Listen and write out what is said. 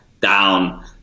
down